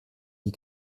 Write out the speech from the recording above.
die